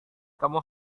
kau